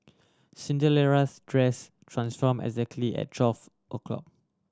Cinderella's dress transform exactly at twelve o'clock